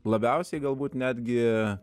labiausiai galbūt netgi